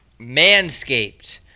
Manscaped